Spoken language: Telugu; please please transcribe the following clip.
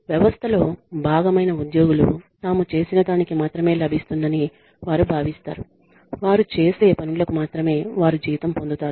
వ్యవస్థలో భాగమైన ఉద్యోగులు తాము చేసిన దానికి మాత్రమే లభిస్తుందని వారు భావిస్తారు వారు చేసే పనులకు మాత్రమే వారు జీతం పొందుతారు